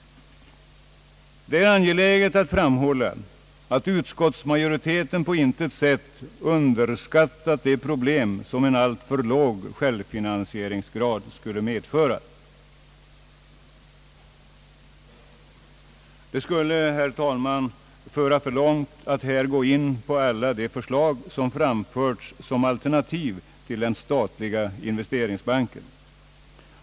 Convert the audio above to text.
Det är angeläget att framhålla att utskottsmajoriteten på intet sätt underskattat de problem som en alltför låg självfinansieringsgrad skulle medföra. Det skulle, herr talman, föra för långt att här gå in på alla de förslag som framförts som alternativ till den statliga investeringsbanken.